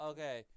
Okay